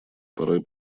порой